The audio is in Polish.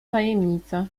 tajemnica